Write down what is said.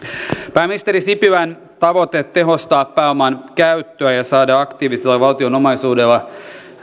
pääministerin sipilän tavoite tehostaa pääoman käyttöä ja saada aktiivisella valtion omaisuudella